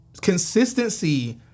consistency